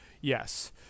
yes